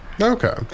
Okay